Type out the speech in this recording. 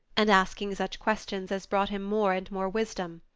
and asking such questions as brought him more and more wisdom.